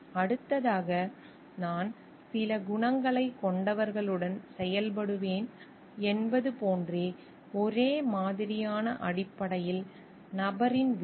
அடுத்ததாக நான் சில குணங்களைக் கொண்டவர்களுடன் செயல்படுவேன் என்பது போன்ற ஒரே மாதிரியான அடிப்படையில் நபரின் விளைவு